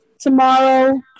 tomorrow